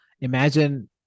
imagine